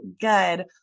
good